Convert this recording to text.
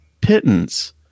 pittance